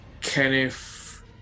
Kenneth